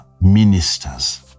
ministers